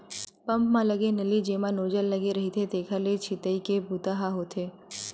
pump म लगे नली जेमा नोजल लगे रहिथे तेखरे ले छितई के बूता ह होथे